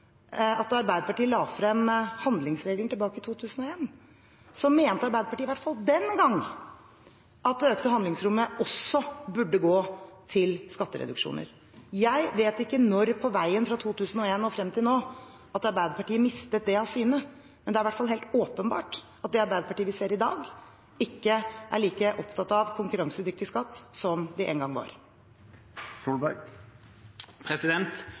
at da Arbeiderpartiet la frem handlingsregelen tilbake i 2001, mente Arbeiderpartiet, i hvert fall den gang, at det økte handlingsrommet også burde gå til skattereduksjoner. Jeg vet ikke når på veien, fra 2001 og frem til nå, at Arbeiderpartiet mistet det av syne, men det er i hvert fall helt åpenbart at det Arbeiderpartiet vi ser i dag, ikke er like opptatt av konkurransedyktig skatt som de en gang var.